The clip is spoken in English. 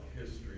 history